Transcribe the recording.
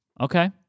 okay